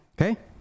okay